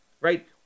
right